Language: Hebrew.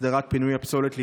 הסדרת פינוי הפסולת,